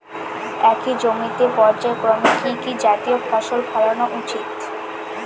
একই জমিতে পর্যায়ক্রমে কি কি জাতীয় ফসল ফলানো উচিৎ?